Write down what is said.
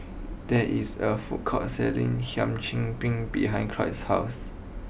there is a food court selling Hum Chim Peng behind Cloyd's house